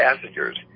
passengers